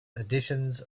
additions